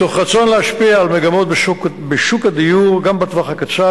מתוך רצון להשפיע על מגמות בשוק הדיור גם בטווח הקצר,